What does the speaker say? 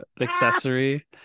accessory